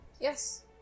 yes